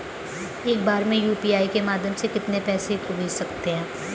एक बार में यू.पी.आई के माध्यम से कितने पैसे को भेज सकते हैं?